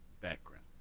background